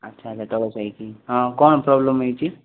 ଆଚ୍ଛା ଆଚ୍ଛା ତଳସାହି କି ହଁ କ'ଣ ପ୍ରୋବ୍ଲେମ୍ ହେଇଛି